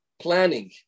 planning